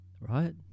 Right